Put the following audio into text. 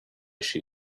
she